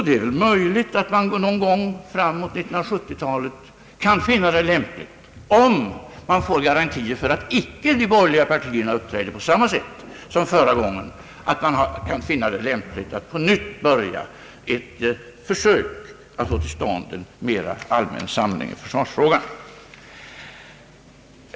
Det är möjligt att man någon gång fram under 1970, om garantier ges för att de borgerliga partierna inte uppträder på samma sätt som förra gången, kan finna det lämpligt att på nytt börja ett försök att få till stånd en mera allmän samling i försvarsfrågan.